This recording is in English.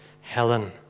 Helen